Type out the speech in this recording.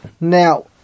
Now